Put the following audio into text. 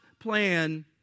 plan